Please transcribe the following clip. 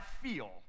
feel